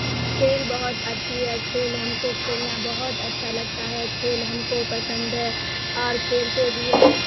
کھیل بہت اچھی ہے کھیل ہم کو کھیلنا بہت اچھا لگتا ہے کھیل ہم کو پسند ہے اور کھیلتے بھی ہے